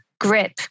grip